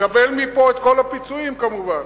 מקבל מפה את כל הפיצויים כמובן,